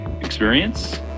Experience